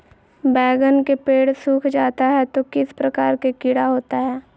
बैगन के पेड़ सूख जाता है तो किस प्रकार के कीड़ा होता है?